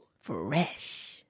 Fresh